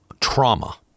trauma